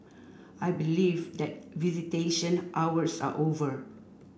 I believe that visitation hours are over